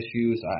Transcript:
issues